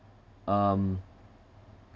um